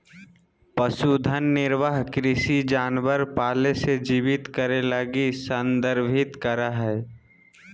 पशुधन निर्वाह कृषि जानवर पाले से जीवित करे लगी संदर्भित करा हइ